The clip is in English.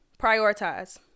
prioritize